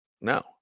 no